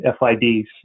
FIDs